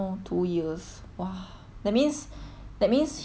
that means that means he work everyday then